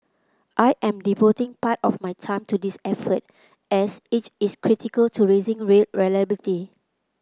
I am devoting part of my time to this effort as it is critical to raising rail reliability